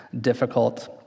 difficult